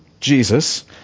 Jesus